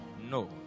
No